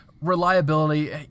reliability